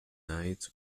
night